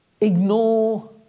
Ignore